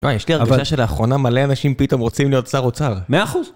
וואי, יש לי הרגשה שלאחרונה מלא אנשים פתאום רוצים להיות שר אוצר. 100%